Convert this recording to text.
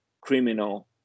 criminal